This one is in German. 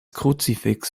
kruzifix